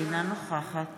אינה נוכחת